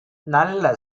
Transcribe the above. நல்ல